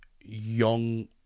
young